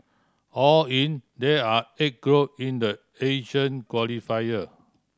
all in there are eight group in the Asian qualifier